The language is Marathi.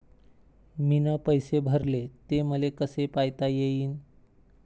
मीन पैसे भरले, ते मले कसे पायता येईन?